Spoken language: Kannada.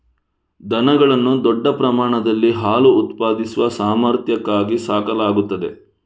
ದನಗಳನ್ನು ದೊಡ್ಡ ಪ್ರಮಾಣದಲ್ಲಿ ಹಾಲು ಉತ್ಪಾದಿಸುವ ಸಾಮರ್ಥ್ಯಕ್ಕಾಗಿ ಸಾಕಲಾಗುತ್ತದೆ